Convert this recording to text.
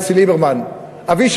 בנצי ליברמן: אבישי,